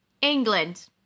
England